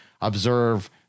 observe